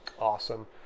Awesome